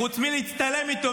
חוץ מלהצטלם איתו,